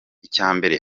icyambere